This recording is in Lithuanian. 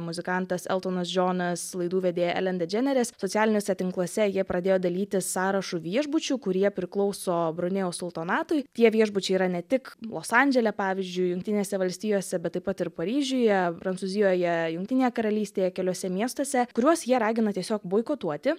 muzikantas eltonas džonas laidų vedėja elen dedženeres socialiniuose tinkluose jie pradėjo dalytis sąrašu viešbučių kurie priklauso brunėjaus sultonatui tie viešbučiai yra ne tik los andžele pavyzdžiui jungtinėse valstijose bet taip pat ir paryžiuje prancūzijoje jungtinėje karalystėje keliuose miestuose kuriuos jie ragina tiesiog boikotuoti